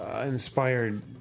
inspired